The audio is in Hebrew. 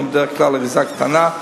שהינה בדרך כלל אריזה קטנה,